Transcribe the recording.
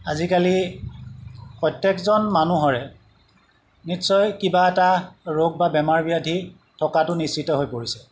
আজিকালি প্ৰত্যেকজন মানুহৰে নিশ্চয় কিবা এটা ৰোগ বা বেমাৰ ব্যাধি থকাটো নিশ্চিত হৈ পৰিছে